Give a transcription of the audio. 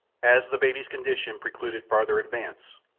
as the baby's condition precluded farther advance,